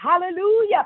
Hallelujah